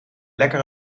lekker